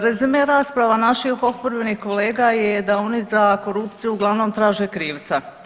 Rezime rasprave naših oporbenih kolega je da oni za korupciju uglavnom traže krivca.